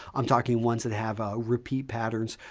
i'm talking ones that have ah repeat patterns.